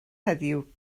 heddiw